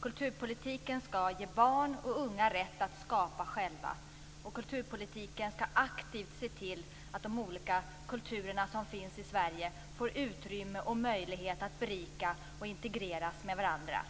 Kulturpolitiken skall ge barn och unga rätt att skapa själva. Och kulturpolitiken skall aktivt se till att de olika kulturer som finns i Sverige får utrymme och möjlighet att berika och integreras med varandra.